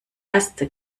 erste